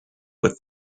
with